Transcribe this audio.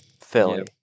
Philly